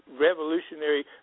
revolutionary